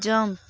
jump